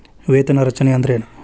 ವೇತನ ರಚನೆ ಅಂದ್ರೆನ?